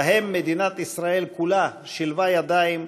שבהם מדינת ישראל כולה שילבה ידיים,